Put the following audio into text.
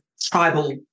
tribal